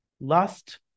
lust